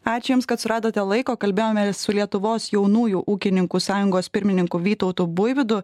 ačiū jums kad suradote laiko kalbėjomės su lietuvos jaunųjų ūkininkų sąjungos pirmininku vytautu buivydu